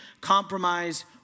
compromise